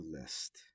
list